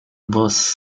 was